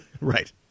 Right